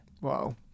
Wow